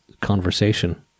conversation